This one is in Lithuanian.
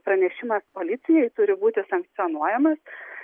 pranešimas policijai turi būti sankcionuojamas